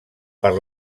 per